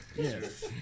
Yes